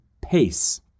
pace